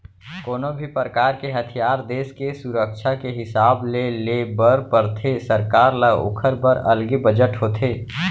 कोनो भी परकार के हथियार देस के सुरक्छा के हिसाब ले ले बर परथे सरकार ल ओखर बर अलगे बजट होथे